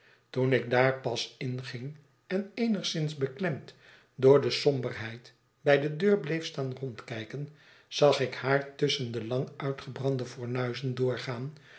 toen ik daar pas inging en eenigszins beklemd door de somberheid bij de deur bleef staan rondkijken zag ik haar tusschen de lang uitgebrande fomuizen doorgaan